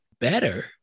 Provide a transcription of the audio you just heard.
better